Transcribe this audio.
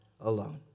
alone